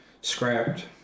scrapped